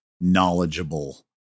knowledgeable